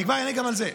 אני כבר אענה גם על זה.